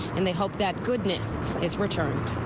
and they hope that goodness is returned.